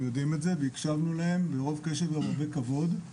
יודעים את זה והקשבנו להם ברוב קשב וברוב כבוד.